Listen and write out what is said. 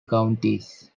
counties